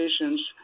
patients